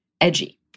edgy